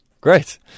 Great